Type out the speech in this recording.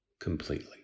completely